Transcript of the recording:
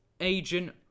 agent